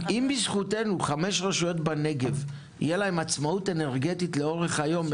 אם בזכותנו תהיה לחמש רשויות בנגב עצמאות אנרגטית לאורך היום,